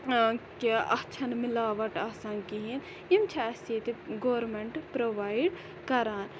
کہِ اَتھ چھےٚ نہٕ مِلاوَٹ آسان کِہیٖنۍ یِم چھِ اَسہِ ییٚتہِ گورمنٹ پرووایِڈ کَران